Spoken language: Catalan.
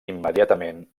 immediatament